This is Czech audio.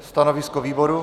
Stanovisko výboru?